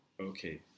Okay